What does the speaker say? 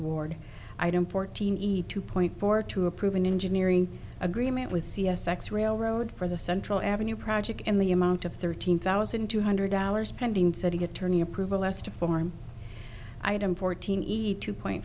don't fourteen eed two point four two a proven engineering agreement with c s x railroad for the central avenue project in the amount of thirteen thousand two hundred dollars pending city attorney approval as to form item fourteen eat two point